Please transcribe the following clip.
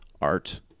art